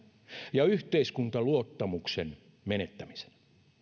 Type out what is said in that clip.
ja yhteiskuntaluottamuksen menettämisenä